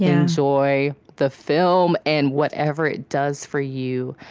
enjoy the film and whatever it does for you